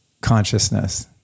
consciousness